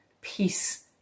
peace